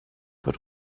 but